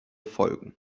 folgen